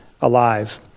alive